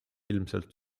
ilmselt